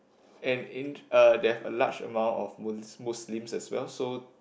and in uh they have a large amount of Mu~ Muslims as well so